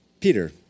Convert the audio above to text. Peter